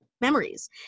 memories